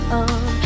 on